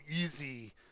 easy